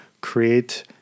create